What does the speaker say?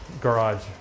garage